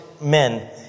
men